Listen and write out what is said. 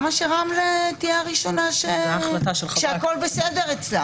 שרמלה תהיה הראשונה לעשות את זה?